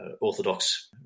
orthodox